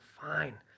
fine